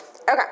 Okay